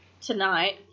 tonight